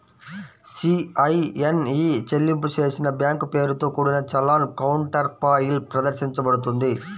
CIN e చెల్లింపు చేసిన bank పేరుతో కూడిన చలాన్ కౌంటర్ఫాయిల్ ప్రదర్శించబడుతుంది